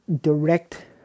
direct